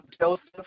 Joseph